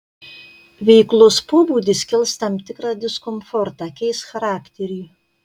veiklos pobūdis kels tam tikrą diskomfortą keis charakterį